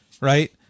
right